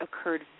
occurred